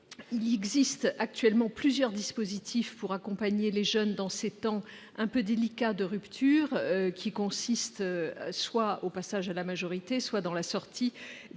il existe actuellement plusieurs dispositifs pour accompagner les jeunes dans ces temps un peu délicats de rupture, que ce soit le passage à la majorité ou la sortie